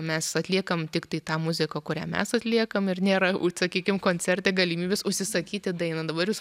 mes atliekam tiktai tą muziką kurią mes atliekam ir nėra sakykim koncerte galimybės užsisakyti dainą dabar jūs